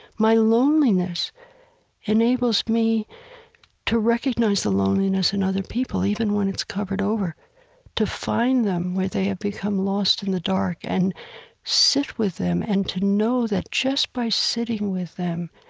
my loneliness enables me to recognize the loneliness in other people, even when it's covered over to find them where they have become lost in the dark, and sit with them and to know that just by sitting with them,